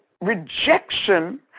rejection